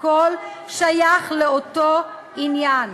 הכול שייך לאותו עניין.